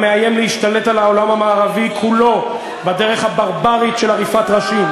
המאיים להשתלט על העולם המערבי כולו בדרך הברברית של עריפת ראשים,